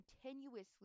continuously